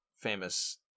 famous